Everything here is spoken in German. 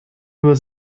nur